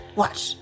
watch